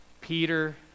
Peter